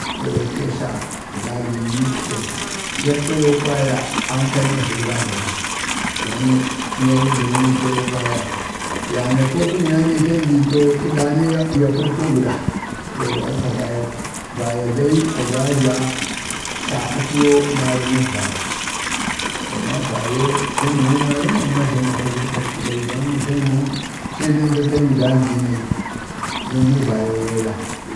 tla agagi ni to jappa yoo kwaya ankalni atləbə gavadak don wunyuk wujərəni, hayoo kwaya ya nee ko kaŋna liikəndi too ko daa ni ya pətoo igwo saboda haka vaya, vaya dai a gagi, agaja, tla ati yoo marəmək vaya. amma vayoo tlagmu marəm, amma tləgmu marəm, amma vayoo tləgmu kak kəɗat ku ɓai, tlagmu, se dee nadata nii dali dinayi, tlagmu vayak wela.